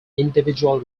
individual